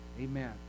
Amen